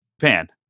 Japan